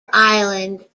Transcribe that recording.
island